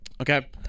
Okay